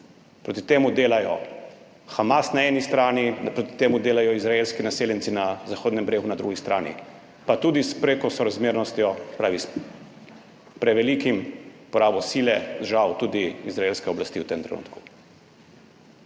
Proti temu dela Hamas na eni strani, proti temu delajo izraelski naseljenci na Zahodnem bregu na drugi strani pa tudi s prekosorazmernostjo, se pravi, s preveliko porabo sile, žal, tudi izraelske oblasti v tem trenutku.